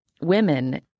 women